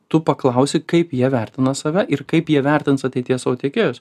tu paklausi kaip jie vertina save ir kaip jie vertins ateities savo tiekėjus